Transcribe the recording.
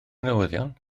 newyddion